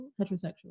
Heterosexual